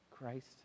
Christ